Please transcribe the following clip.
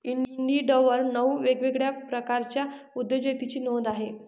इंडिडवर नऊ वेगवेगळ्या प्रकारच्या उद्योजकतेची नोंद आहे